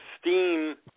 steam